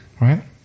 Right